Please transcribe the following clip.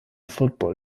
football